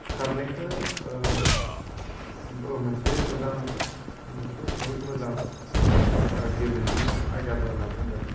खारनायखौ मोनसे मोजां मोनसे बुहुत मोजां गेलेमु आयदाबो होनना बुंगोन